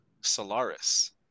Solaris